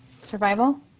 Survival